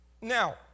Now